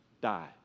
Die